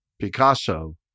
Picasso